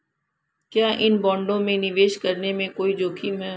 क्या इन बॉन्डों में निवेश करने में कोई जोखिम है?